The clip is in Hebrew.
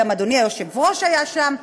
גם אדוני היושב-ראש היה שם,